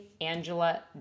Angela